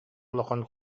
улахан